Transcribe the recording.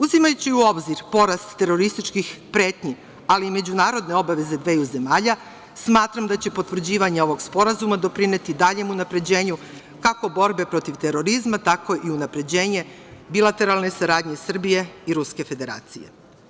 Uzimajući u obzir porast terorističkih pretnji, ali i međunarodne obaveze dveju zemalja, smatram da će potvrđivanje ovog sporazuma doprineti daljem unapređenju, kako borbe protiv terorizma, tako i unapređenje bilateralne saradnje Srbije i Ruske Federacije.